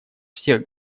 всех